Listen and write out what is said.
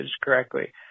correctly